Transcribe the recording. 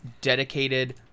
dedicated